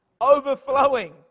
overflowing